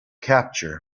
capture